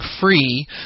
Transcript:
free